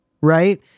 right